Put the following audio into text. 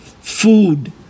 food